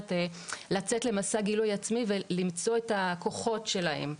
מאפשרת לצאת למסע גילוי עצמי ולמצוא את הכוחות שלהם.